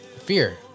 Fear